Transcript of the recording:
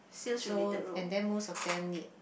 so and then most of them need